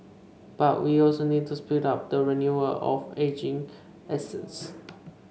but we also need to speed up the renewal of ageing assets